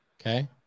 Okay